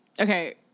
Okay